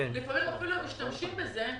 לפעמים הם אפילו משתמשים בזה,